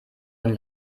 und